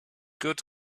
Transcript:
good